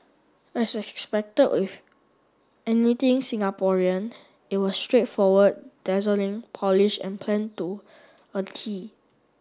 as expected with anything Singaporean it was straightforward dazzling polished and planned to a tee